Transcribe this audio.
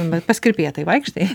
bet pas kirpėją tai vaikštai